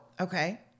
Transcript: okay